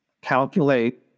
calculate